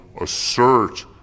assert